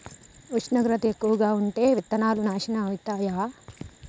ఉష్ణోగ్రత ఎక్కువగా ఉంటే విత్తనాలు నాశనం ఐతయా?